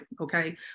Okay